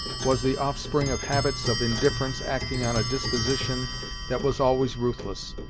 was the offspring of habits of indifference acting on a disposition that was always ruthless,